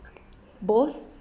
both